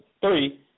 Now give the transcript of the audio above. three